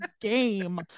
game